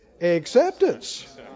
acceptance